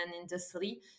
industry